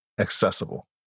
accessible